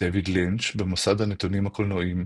דייוויד לינץ', במסד הנתונים הקולנועיים